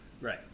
Right